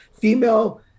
female